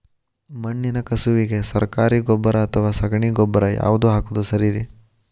ಮಣ್ಣಿನ ಕಸುವಿಗೆ ಸರಕಾರಿ ಗೊಬ್ಬರ ಅಥವಾ ಸಗಣಿ ಗೊಬ್ಬರ ಯಾವ್ದು ಹಾಕೋದು ಸರೇರಿ?